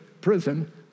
prison